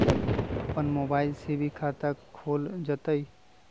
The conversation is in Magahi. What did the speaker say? अपन मोबाइल से भी खाता खोल जताईं?